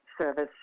service